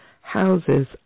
houses